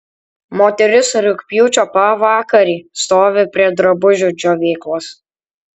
moteris rugpjūčio pavakarį stovi prie drabužių džiovyklos